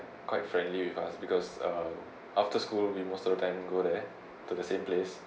quite friendly with us because uh after school we most of the time go there to the same place